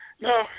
no